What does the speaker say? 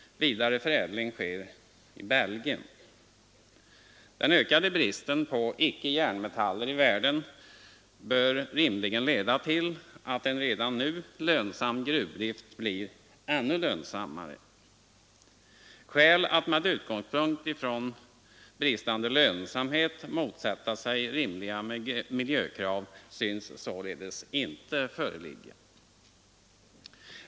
Vidare förädling sker i Belgien. Den ökade bristen på icke-järnmetaller i världen bör rimligen leda till att en redan nu lönsam gruvdrift blir ännu lönsammare. Några skäl att med utgångspunkt från bristande lönsamhet motsätta sig rimliga miljökrav synes således inte föreligga.